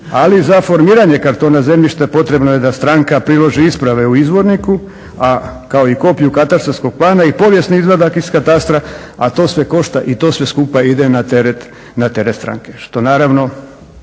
Ali za formiranje kartona zemljišta potrebno je da stranka priloži isprave u izvorniku a kao i kopiju katastarskog plana i povijesni izvadak iz katastra a to sve košta i to sve skupa ide na teret stranke.